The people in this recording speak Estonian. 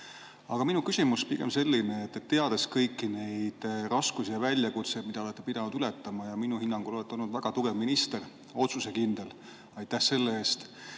Aga minu küsimus on pigem selline. Teades kõiki neid raskusi ja väljakutseid, mida olete pidanud ületama, olete minu hinnangul olnud väga tugev minister, otsusekindel. Aitäh selle eest!